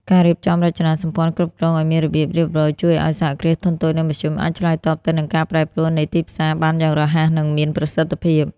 ការរៀបចំរចនាសម្ព័ន្ធគ្រប់គ្រងឱ្យមានរបៀបរៀបរយ ជួយឱ្យ សហគ្រាសធុនតូច និងមធ្យម អាចឆ្លើយតបទៅនឹងការប្រែប្រួលនៃទីផ្សារបានយ៉ាងរហ័ស និងមានប្រសិទ្ធភាព។